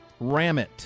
Ramit